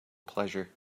pleasure